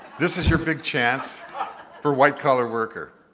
this is your big chance for white collar worker.